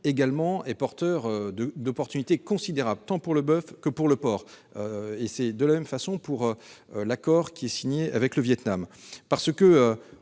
également porteur d'opportunités considérables, tant pour le boeuf que pour le porc. C'est la même chose pour l'accord qui a été conclu avec le Vietnam.